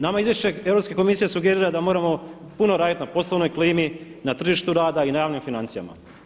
Nama izvješće Europske komisije sugerira da moramo puno raditi na poslovnoj klimi, na tržištu rada i na javnim financijama.